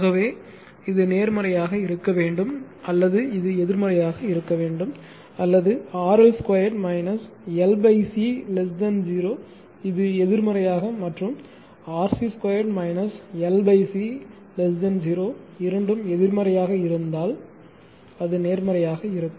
ஆகவே இது நேர்மறையாக இருக்க வேண்டும் அல்லது இது எதிர்மறையாக இருக்க வேண்டும் அல்லது RL 2 L C 0 இது எதிர்மறையாக மற்றும் RC 2 L C 0 இரண்டும் எதிர்மறையாக இருந்தால் அது நேர்மறையாக இருக்கும்